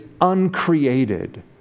uncreated